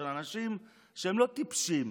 של אנשים שהם לא טיפשים,